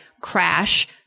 crash